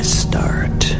start